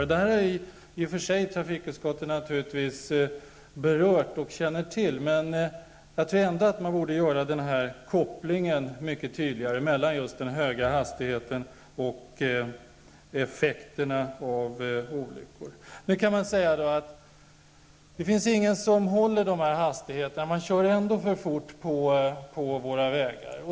Det har trafikutskottet i och för sig berört, men jag tror att man borde göra den här kopplingen mellan den höga hastigheten och effekterna av olyckor mycket tydligare. Nu kan man säga att det inte finns någon som håller dessa hastigheter -- folk kör ändå för fort på våra vägar.